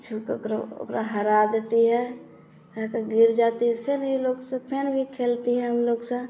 छू को ओकरो ओकरा हरा देती है न फिर गिर जाती फिर ई लोग सब फिर भी खेलती है उन लोग सा